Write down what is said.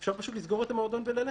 אפשר פשוט לסגור את המועדון וללכת.